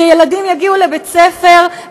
שילדים יגיעו לבית הספר,